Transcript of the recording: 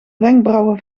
wenkbrauwen